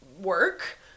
work